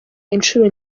inshuro